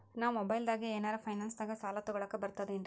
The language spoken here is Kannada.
ನಾ ಮೊಬೈಲ್ದಾಗೆ ಏನರ ಫೈನಾನ್ಸದಾಗ ಸಾಲ ತೊಗೊಲಕ ಬರ್ತದೇನ್ರಿ?